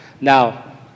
Now